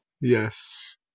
Yes